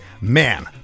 man